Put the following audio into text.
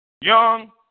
Young